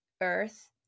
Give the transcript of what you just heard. earth